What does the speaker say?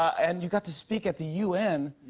and you got to speak at the u n.